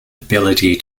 ability